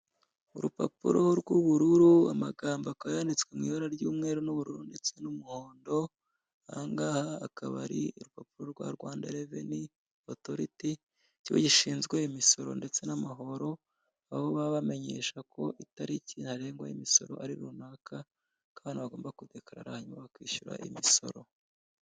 Urupapuro rw'ubururu, amagambo akaba yanditswe mu ibara ry'umweru n'ubururu ndetse n'umuhondo; ahangaha akaba ari urupapuro rwa Rwanda reveni otoriti, ikigo gishinzwe imisoro ndetse n'amahoro; aho baba bamenyesha ko itariki ntarengwa y'imisoro ari runaka, kandi bagomba kudekarara hanyuma bakishyura imisoro.